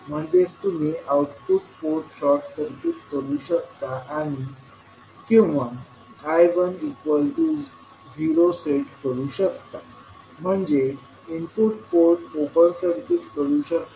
म्हणजेच तुम्ही output port short circuit करू शकता किंवा I10 सेट करू शकता म्हणजे इनपुट पोर्ट ओपन सर्किट करू शकता